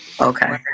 Okay